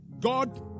God